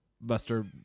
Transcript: Buster